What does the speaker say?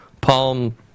Palm